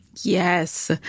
Yes